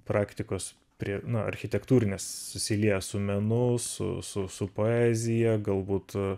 praktikos prie architektūrinės susilieja su menu su su su poezija galbūt